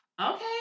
okay